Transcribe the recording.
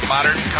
Modern